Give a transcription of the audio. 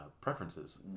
preferences